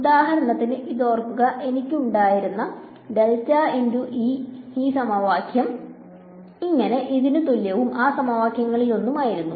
ഉദാഹരണത്തിന് ഇത് ഓർക്കുക എനിക്ക് ഉണ്ടായിരുന്ന ഈ സമവാക്യം ഇതിനു തുല്യവും ആ സമവാക്യങ്ങളിലൊന്നും ആ യിരുന്നു